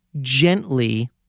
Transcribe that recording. gently